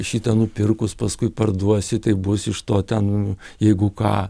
šitą nupirkus paskui parduosi tai bus iš to ten jeigu ką